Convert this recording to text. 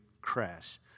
crash